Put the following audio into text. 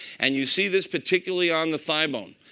and you see this particularly on the thigh bone.